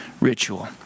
ritual